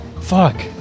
Fuck